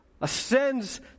ascends